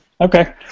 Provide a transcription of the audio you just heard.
Okay